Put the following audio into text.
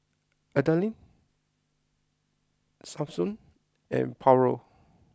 Adalyn Samson and Paulo